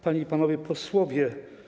Panie i Panowie Posłowie!